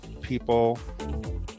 people